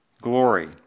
glory